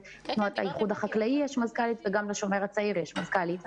לתנועת האיחוד החקלאי יש מזכ"לית וגם לשומר הצעיר יש מזכ"לית.